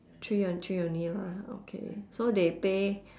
three on~ three only lah okay so they pay